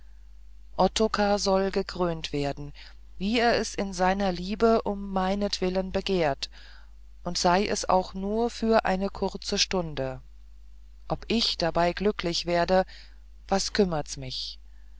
soll gekrönt werden wie er es in seiner liebe um meinetwillen begehrt und sei es auch nur für eine kurze stunde ob ich dabei glücklich werde was kümmert's mich